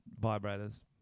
Vibrators